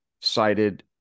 cited